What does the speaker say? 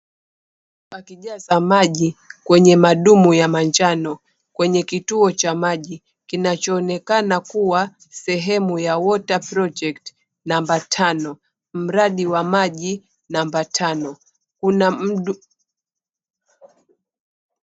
Wakijaza maji kwenye madumu ya manjano, kwenye kituo cha maji kinachoonekana kuwa sehemu ya water project namba tano, mradi wa maji, namba tano.